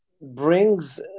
brings